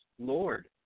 Lord